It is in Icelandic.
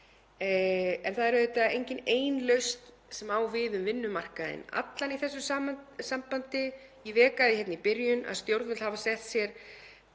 en það er auðvitað engin ein lausn sem á við um vinnumarkaðinn allan í þessu sambandi. Ég vék að því hérna í byrjun að stjórnvöld hafa sett sér